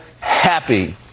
happy